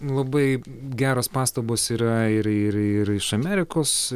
labai geros pastabos yra ir ir ir iš amerikos